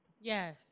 Yes